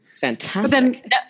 Fantastic